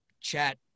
chat